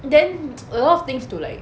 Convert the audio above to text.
then a lot of things to like